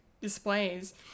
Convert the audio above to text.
displays